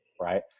right